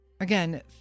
Again